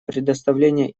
предоставление